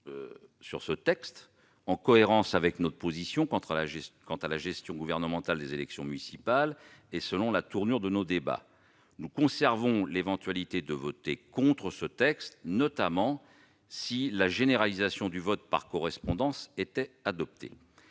sur ce texte, en cohérence avec notre position quant à la gestion gouvernementale des élections municipales. Selon la tournure de nos débats, nous nous réservons la possibilité de voter contre ce texte, notamment si la généralisation du vote par correspondance était adoptée.